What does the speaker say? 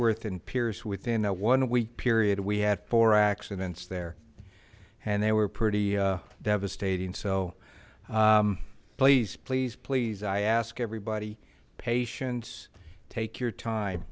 wodsworth and pierce within a one week period we had four accidents there and they were pretty devastating so please please please i ask everybody patience take your time